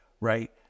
right